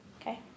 Okay